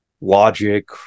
logic